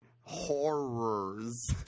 Horrors